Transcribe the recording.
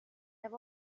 have